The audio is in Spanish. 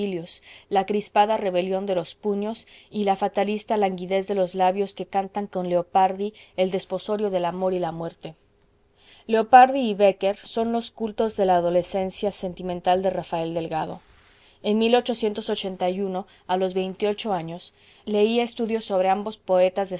la crispada rebelión de los puños y la fatalista languidez de los labios que cantan con leopardi el desposorio del amor y la muerte leopardi y bécquer son los cultos de la adolescencia sentimental de rafael delgado en a los veintiocho años leía estudios sobre ambos poetas